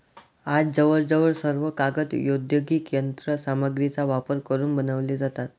आज जवळजवळ सर्व कागद औद्योगिक यंत्र सामग्रीचा वापर करून बनवले जातात